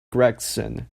gregson